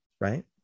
right